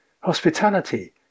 Hospitality